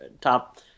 top